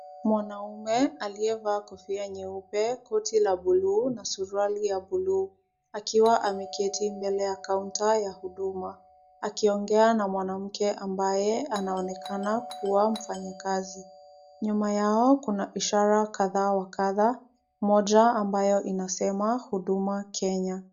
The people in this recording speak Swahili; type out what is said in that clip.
Mwanaume aliyevaa kofia nyeupe, koti la blue na suruali ya blue , akiwa ameketi mbele ya kaunta ya huduma, akiongea na mwanamke ambaye anaonekana kuwa mfanyikazi. Nyuma yao kuna ishara kadhaa wa kadha, moja ambayo inasema huduma Kenya.